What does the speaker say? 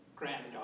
Granddaughter